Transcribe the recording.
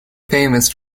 famous